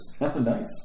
Nice